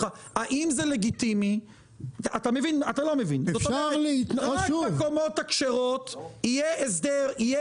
האם זה לגיטימי שרק בקומות הכשרות יהיה